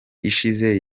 ishize